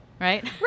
Right